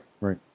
right